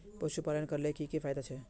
पशुपालन करले की की फायदा छे?